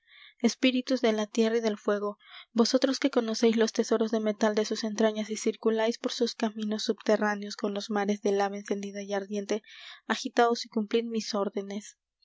espíritus de la tierra y del fuego vosotros que conocéis los tesoros de metal de sus entrañas y circuláis por sus caminos subterráneos con los mares de lava encendida y ardiente agitaos y cumplid mis órdenes